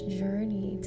journey